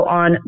on